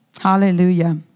Hallelujah